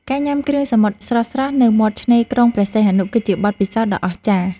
ការញ៉ាំគ្រឿងសមុទ្រស្រស់ៗនៅមាត់ឆ្នេរក្រុងព្រះសីហនុ គឺជាបទពិសោធន៍ដ៏អស្ចារ្យ។